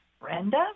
Brenda